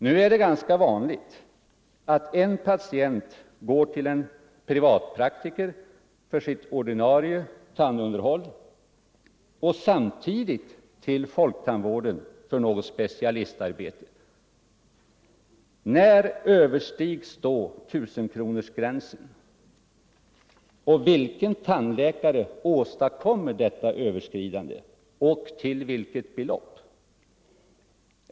Nu är det ganska vanligt att en patient går till en privatpraktiker för sitt ordinarie tandunderhåll och samtidigt till folktandvården för något specialistarbete. När överstiges då 1 000-kronorsgränsen, och vilken tandläkare åstadkommer detta överskridande och till vilket belopp?